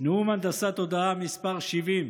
נאום הנדסת תודעה מס' 70,